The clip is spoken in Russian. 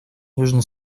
южный